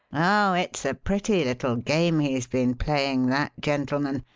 oh, it's a pretty little game he's been playing, that gentleman,